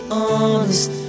honest